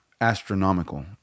astronomical